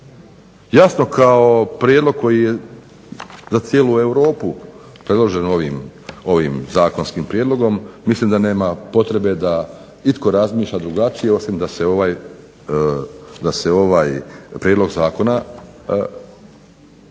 Jasno, kao prijedlog koji je za cijelu Europu predložen ovim zakonskim prijedlogom mislim da nema potrebe da itko razmišlja drugačije osim da se ovaj prijedlog zakona usvoji.